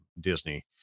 Disney